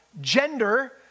gender